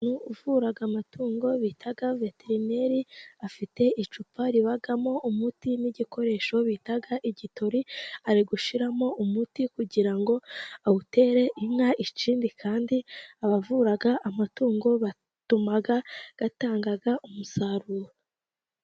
Umuntu uvura amatungo bita veterineri afite icupa ribamo umuti, n'igikoresho bita igitori ari gushyiramo umuti, kugira ngo awutere inka, ikindi kandi abavura amatungo batuma atanga umusaruro.